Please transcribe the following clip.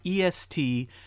EST